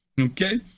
Okay